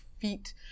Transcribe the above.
feet